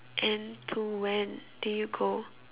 and to when do you go